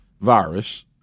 virus